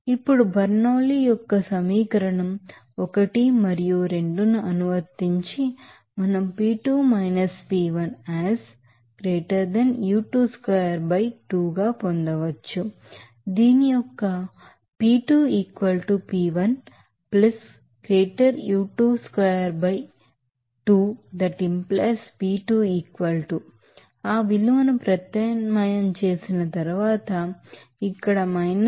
ఇప్పుడు బెర్నౌలీ యొక్క సమీకరణం 1 మరియు 2 ను అనువర్తించి మనం P2 P1 as ρu2 square by 2గా పొందవచ్చు దీని యొక్క P2 P1 ρu2 square by 2 that implies P2 ఆ విలువలను ప్రత్యామ్నాయం చేసిన తరువాత ఇక్కడ 1